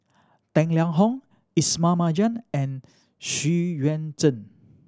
Tang Liang Hong Ismail Marjan and Xu Yuan Zhen